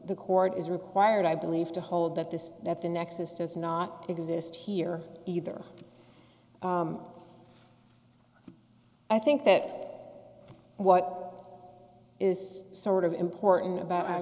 the court is required i believe to hold that this that the nexus does not exist here either i think that what is sort of important about